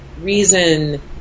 reason